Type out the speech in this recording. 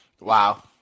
Wow